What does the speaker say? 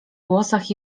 włosach